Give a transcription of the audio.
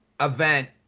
event